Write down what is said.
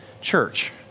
church